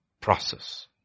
process